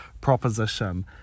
proposition